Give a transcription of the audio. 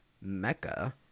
Mecca